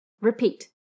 Repeat